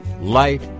light